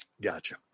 Gotcha